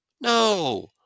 no